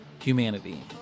Humanity